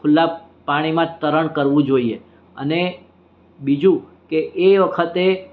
ખુલ્લાં પાણીમાં તરણ કરવું જોઈએ અને બીજું કે એ વખતે